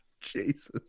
Jesus